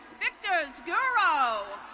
victor sguro.